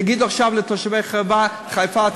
תגידו עכשיו לתושבי חיפה,